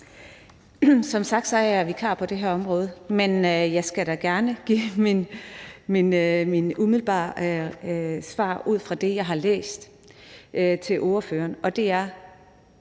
Som sagt er jeg vikar på det her område, men jeg skal da gerne give mit umiddelbare svar ud fra det, jeg har læst, til ordføreren, og det er: